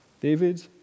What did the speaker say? David